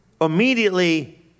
immediately